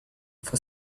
for